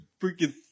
freaking